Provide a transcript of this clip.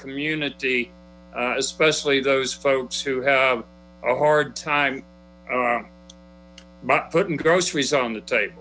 community especially those folks who have a hard time putting grceries on the table